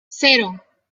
cero